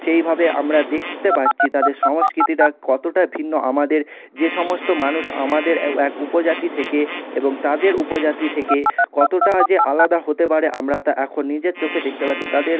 সেইভাবে আমরা দেখতে পাচ্ছি তাদের সংস্কৃতিটা কতটা ভিন্ন আমাদের যে সমস্ত মানুষ আমাদের ও এক উপজাতি থেকে এবং তাদের উপজাতি থেকে কতটা যে আলাদা হতে পারে আমরা তা এখন নিজের চোখে পাচ্ছি তাদের